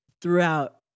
throughout